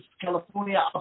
California